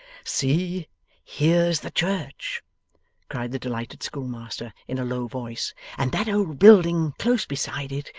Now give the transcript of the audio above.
see here's the church cried the delighted schoolmaster in a low voice and that old building close beside it,